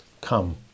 Come